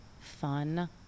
fun